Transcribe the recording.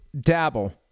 dabble